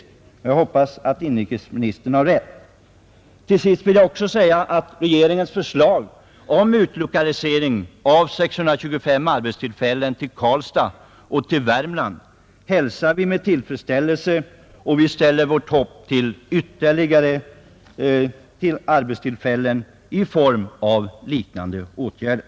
Med anledning av det anförda får jag anhålla om kammarens tillstånd att till herr inrikesminister Holmqvist få framställa följande fråga: